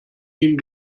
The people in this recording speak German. ihm